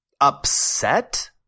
upset